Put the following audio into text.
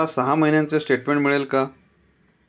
मला सहा महिन्यांचे स्टेटमेंट मिळेल का?